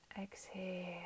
Exhale